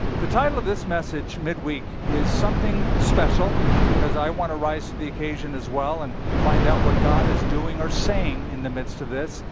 the title of this message midweek is something special because i want to rise to the occasion as well and find out what god is doing or saying in the midst of this.